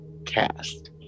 cast